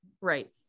right